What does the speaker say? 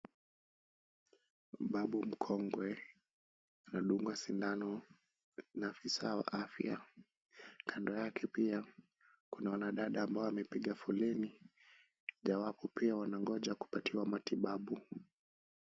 Babu mkongwe anadungwa sindano na afisa wa afya. Kando yake pia kuna wanadada ambao wamepiga foleni, ijawapo pia wanangoja kupatiwa matibabu.